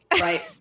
right